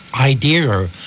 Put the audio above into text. idea